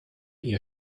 ihr